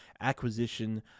acquisition